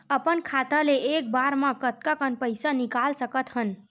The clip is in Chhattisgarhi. अपन खाता ले एक बार मा कतका पईसा निकाल सकत हन?